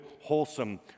wholesome